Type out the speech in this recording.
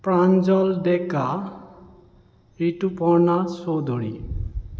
Pranjal Deka Rituparna Choudhury